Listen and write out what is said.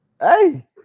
hey